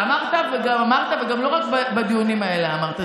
אמרת וגם אמרת, וגם לא רק בדיונים האלה אמרת.